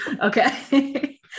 okay